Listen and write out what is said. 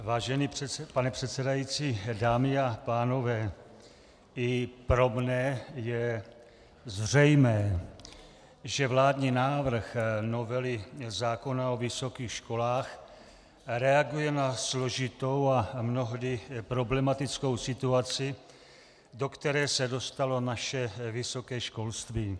Vážený pane předsedající, dámy a pánové, i pro mne je zřejmé, že vládní návrh novely zákona o vysokých školách reaguje na složitou a mnohdy problematickou situaci, do které se dostalo naše vysoké školství.